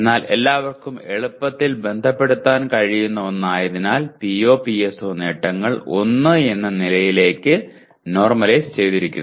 എന്നാൽ എല്ലാവർക്കും എളുപ്പത്തിൽ ബന്ധപ്പെടുത്താൻ കഴിയുന്ന ഒന്നായതിനാൽ PO PSO നേട്ടങ്ങൾ 1 എന്ന നിലയിലേക്ക് നോർമലൈസ് ചെയ്തിരിക്കുന്നു